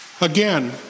Again